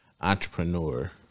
entrepreneur